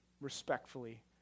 respectfully